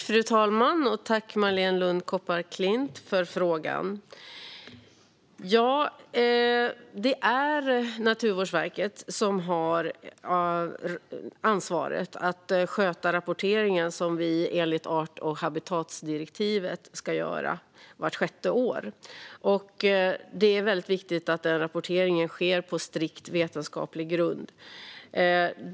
Fru talman! Jag tackar Marléne Lund Kopparklint för frågan. Det är Naturvårdsverket som har ansvaret att sköta rapporteringen som vi enligt art och habitatdirektivet ska göra vart sjätte år. Det är mycket viktigt att denna rapportering sker på strikt vetenskaplig grund.